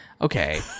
Okay